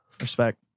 Respect